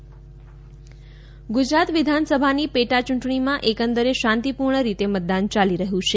ગુજરાત ચૂંટણી ગુજરાત વિધાનસભાની પેટાયૂંટણીમાં એકંદરે શાંતિપૂર્ણ રીતે મતદાન ચાલી રહ્યું છે